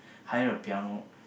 hire a piano